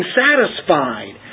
satisfied